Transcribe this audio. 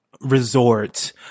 resort